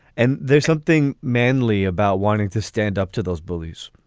and there's something manly about wanting to stand up to those bullies